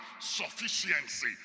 sufficiency